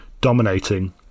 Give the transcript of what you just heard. dominating